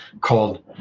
called